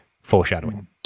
foreshadowing